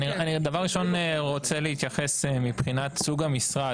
אני רוצה להתייחס מבחינת סוג המשרה.